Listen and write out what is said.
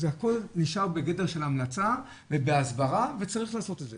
הכול נשאר בגדר של המלצה ובהסברה וצריך לעשות את זה.